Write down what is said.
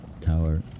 tower